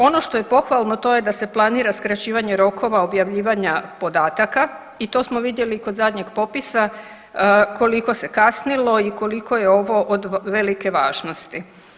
Ono što je pohvalno to je da se planira skraćivanje rokova objavljivanja podataka i to smo vidjeli kod zadnjeg popisa koliko se kasnilo i koliko je ovo od velike važnosti.